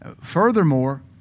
Furthermore